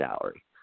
salary